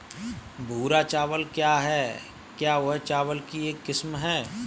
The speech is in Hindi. भूरा चावल क्या है? क्या यह चावल की एक किस्म है?